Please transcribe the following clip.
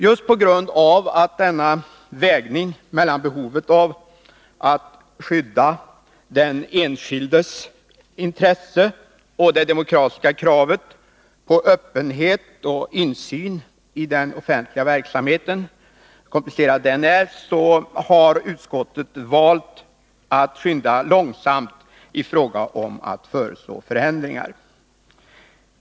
Just på grund av att denna vägning mellan behovet av att skydda den enskildes intressen och det demokratiska kravet på öppenhet och insyn i den offentliga verksamheten, hur komplicerad den än är, har utskottet valt att skynda långsamt i fråga om att föreslå förändringar.